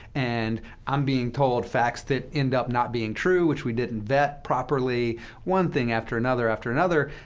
and i'm being told facts that end up not being true, which we didn't vet properly one thing after another after another.